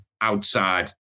outside